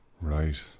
Right